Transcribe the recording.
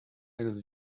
eines